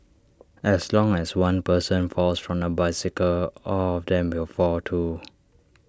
as long as one person falls from the bicycle all of them will fall too